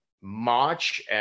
March